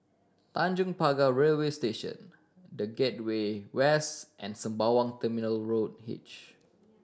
Tanjong Pagar Railway Station The Gateway West and Sembawang Terminal Road H